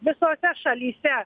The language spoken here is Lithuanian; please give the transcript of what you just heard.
visose šalyse